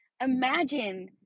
imagine